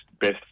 best